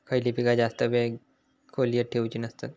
खयली पीका जास्त वेळ खोल्येत ठेवूचे नसतत?